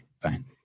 Fine